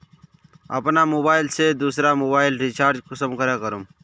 अपना मोबाईल से दुसरा मोबाईल रिचार्ज कुंसम करे करूम?